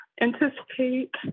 anticipate